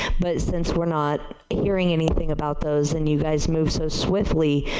but, since we are not hearing anything about those and you guys moved so swiftly,